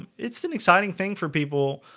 and it's an exciting thing for people